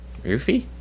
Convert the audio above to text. Rufy